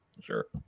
sure